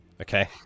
Okay